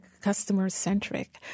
customer-centric